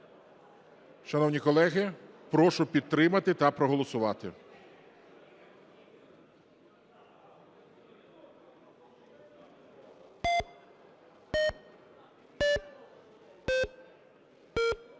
Шановні колеги, прошу підтримати та проголосувати.